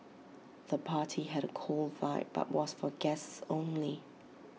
the party had A cool vibe but was for guests only